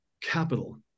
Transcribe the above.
capital